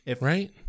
Right